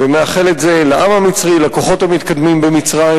ומאחל את זה לעם המצרי, לכוחות המתקדמים במצרים,